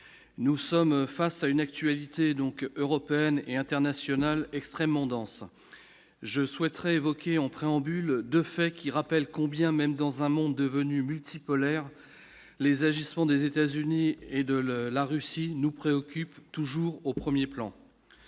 nous sommes face à une actualité donc européenne et internationale extrêmement dense, je souhaiterais évoquer en préambule de fait qui rappelle combien même dans un monde devenu multipolaire, les agissements des États-Unis et de le la Russie nous préoccupe toujours au 1er plan,